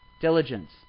diligence